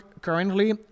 currently